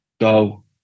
go